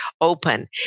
open